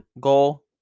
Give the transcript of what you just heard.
goal